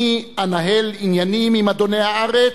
"אני אנהל עניינים עם אדוני הארץ,